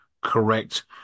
correct